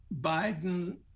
Biden